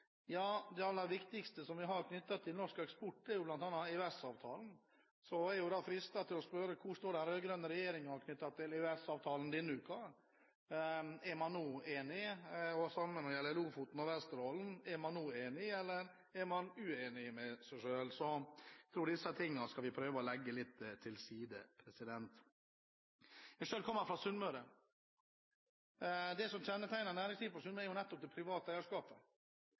Det aller viktigste vi har knyttet til norsk eksport, er EØS-avtalen, og da er jeg fristet til å spørre: Hvor står den rød-grønne regjeringen når det gjelder EØS-avtalen denne uka? Er man nå enig? Og det samme når det gjelder Lofoten og Vesterålen: Er må nå enig, eller er man uenig med seg selv? Så jeg tror at vi skal prøve å legge disse tingene litt til side. Selv kommer jeg fra Sunnmøre. Det som kjennetegner næringslivet på Sunnmøre, er nettopp det private eierskapet.